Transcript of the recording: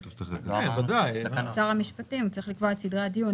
שר המשפטים צריך לקבוע את סדרי הדיון.